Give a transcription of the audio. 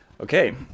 Okay